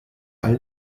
all